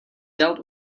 dealt